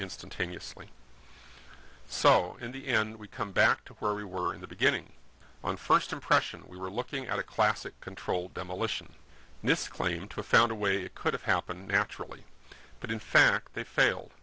instantaneously so in the end we come back to where we were in the beginning on first impression we were looking at a classic controlled demolition and this claim to found a way it could have happened naturally but in fact they failed